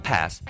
Pass